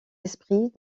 esprits